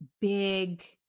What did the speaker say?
big